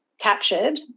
captured